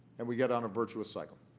and we get on a virtuous cycle.